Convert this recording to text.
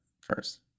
first